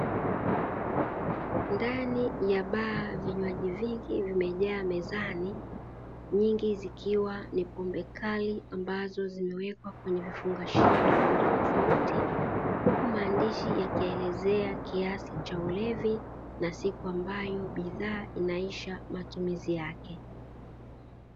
Ndani ya baa vinywaji vingi vimejaa mezani, nyingi zikiwa ni pombe kali ambazo zimewekwa kwenye vifungashio tofautitofauti. Huku maandishi yakielezea kiasi cha ulevi na siku ambayo bidhaa inaisha matumizi yake.